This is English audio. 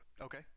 Okay